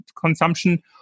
consumption